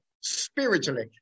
spiritually